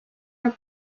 were